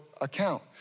account